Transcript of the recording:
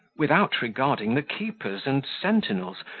without regarding the keepers and sentinels,